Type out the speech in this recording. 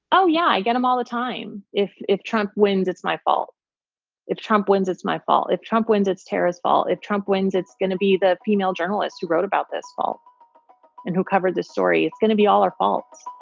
oh, yeah. i get them all the time. if if trump wins, it's my fault if trump wins, it's my fault. if trump wins, it's terrorist's fault. if trump wins, it's going to be the female journalist who wrote about this fault and who covered the story. it's going to be all our fault